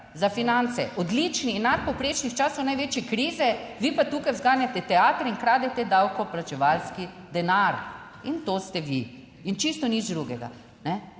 za finance odlični in nadpovprečni v času največje krize, vi pa tukaj zganjate teater in kradete davkoplačevalski denar. In to ste vi in čisto nič drugega.